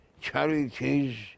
charities